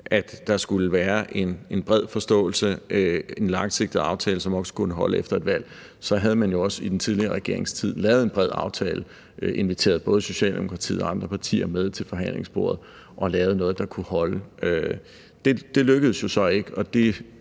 at der skulle være en bred forståelse og en langsigtet aftale, som også skulle holde efter et valg, så havde man jo også i den tidligere regerings tid lavet en bred aftale og inviteret både Socialdemokratiet og andre partier med til forhandlingsbordet og lavet noget, der kunne holde. Det lykkedes jo ikke, og det